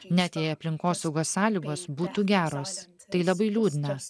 net jei aplinkosaugos sąlygos būtų geros tai labai liūdna